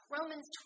Romans